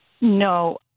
No